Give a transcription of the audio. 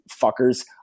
fuckers